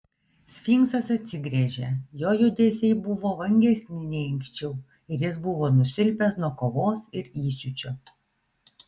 sfinksas atsigręžė jo judesiai buvo vangesni nei anksčiau jis buvo nusilpęs nuo kovos ir įsiūčio